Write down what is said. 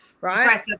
right